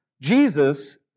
Jesus